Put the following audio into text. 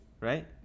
Right